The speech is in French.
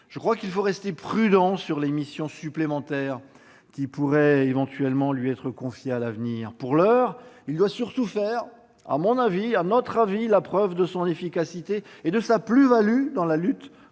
je crois qu'il nous faut rester prudents sur les missions supplémentaires qui pourraient éventuellement lui être confiées à l'avenir. Pour l'heure, il doit surtout faire la preuve de son efficacité et de sa plus-value dans la lutte